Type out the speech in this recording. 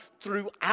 throughout